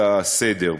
הסדר.